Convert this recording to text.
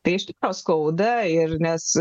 tai iš tikro skauda ir nes